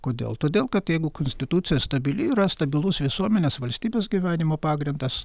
kodėl todėl kad jeigu konstitucija stabili yra stabilus visuomenės valstybės gyvenimo pagrindas